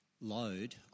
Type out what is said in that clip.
load